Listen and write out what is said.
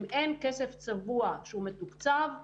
אם אין כסף צבוע שהוא מתוקצב,